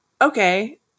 okay